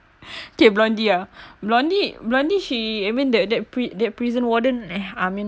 that blondie ah blondie blondie he I mean that that pri~ that prison warden eh I mean